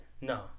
no